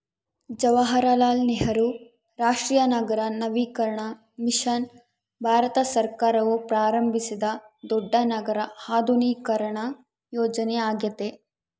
ಜವಾಹರಲಾಲ್ ನೆಹರು ರಾಷ್ಟ್ರೀಯ ನಗರ ನವೀಕರಣ ಮಿಷನ್ ಭಾರತ ಸರ್ಕಾರವು ಪ್ರಾರಂಭಿಸಿದ ದೊಡ್ಡ ನಗರ ಆಧುನೀಕರಣ ಯೋಜನೆಯ್ಯಾಗೆತೆ